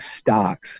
stocks